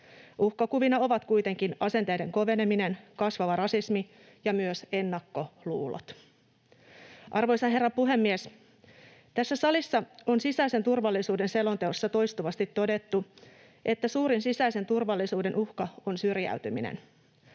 Uhkakuvina ovat kuitenkin asenteiden koveneminen, kasvava rasismi ja myös ennakkoluulot. Arvoisa herra puhemies! Tässä salissa ja sisäisen turvallisuuden selonteossa on toistuvasti todettu, että suurin sisäisen turvallisuuden uhka on syrjäytyminen.